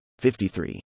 53